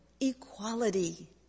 Equality